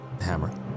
hammer